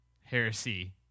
heresy